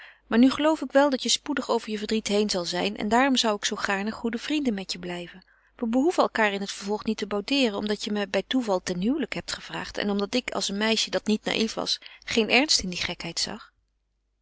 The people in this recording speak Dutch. maar nu geloof ik wel dat je spoedig over je verdriet heen zal zijn en daarom zou ik zoo gaarne goede vrienden met je blijven we behoeven elkaar in het vervolg niet te boudeeren omdat je mij bij toeval ten huwelijk hebt gevraagd en omdat ik als een meisje dat niet naief was geen ernst in die gekheid zag